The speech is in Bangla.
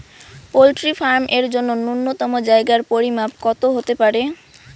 পোল্ট্রি ফার্ম এর জন্য নূন্যতম জায়গার পরিমাপ কত হতে পারে?